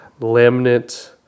laminate